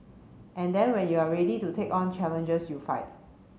and then when you're ready to take on challenges you fight